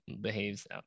behaves